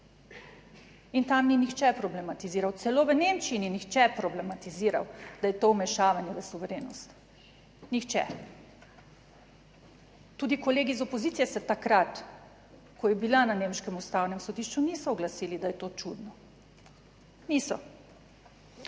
In tam ni nihče problematiziral, celo v Nemčiji ni nihče problematiziral, da je to vmešavanje v suverenost. Nihče. Tudi kolegi iz opozicije se takrat, ko je bila na nemškem ustavnem sodišču, niso oglasili, da je to čudno, niso.